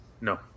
No